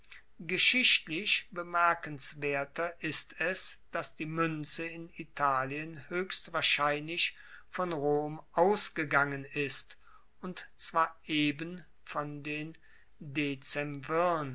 geschichtlich bemerkenswerter ist es dass die muenze in italien hoechst wahrscheinlich von rom ausgegangen ist und zwar eben von den